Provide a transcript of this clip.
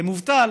למובטל,